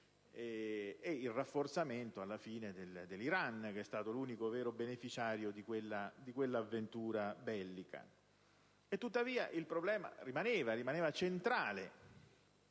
e del rafforzamento dell'Iran, che è stato l'unico vero beneficiario di quella avventura bellica. Tuttavia, il problema rimaneva, centrale.